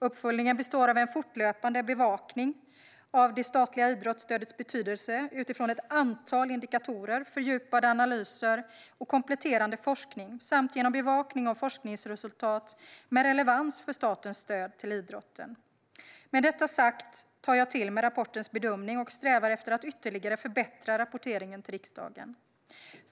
Uppföljningen består av en fortlöpande bevakning av det statliga idrottsstödets betydelse utifrån ett antal indikatorer, fördjupade analyser och kompletterande forskning samt bevakning av forskningsresultat med relevans för statens stöd till idrotten. Med detta sagt tar jag till mig rapportens bedömning och strävar efter att ytterligare förbättra rapporteringen till riksdagen.